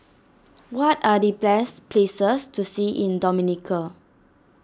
what are the bless places to see in Dominica